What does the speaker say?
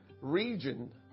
region